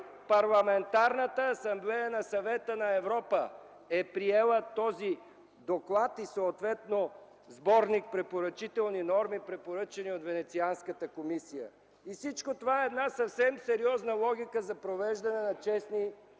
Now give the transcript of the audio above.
Парламентарната асамблея на Съвета на Европа е приела този доклад и съответно Сборник препоръчителни норми, препоръчани от Венецианската комисия. Всичко това е сериозна логика за провеждане на честни